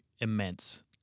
immense